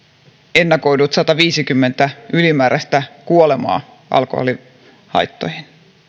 ennakoidut sataviisikymmentä ylimääräistä kuolemaa alkoholihaittoihin